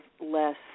less